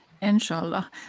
Inshallah